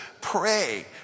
pray